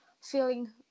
feeling